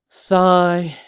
sigh.